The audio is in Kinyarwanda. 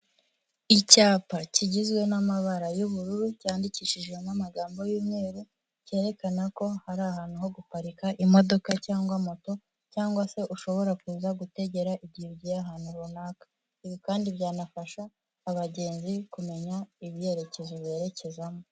Icyapa kigizwe n'amabara y'ubururu cyandikishijemo amagambo y'umweru, kerekana ko hari ahantu ho guparika imodoka cyangwa moto cyangwa se ushobora kuza gutegera igihe ahantu runaka, ibi kandi byanafasha abagenzi kumenya ibyerekezo berekezamo.